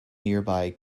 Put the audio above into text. nearby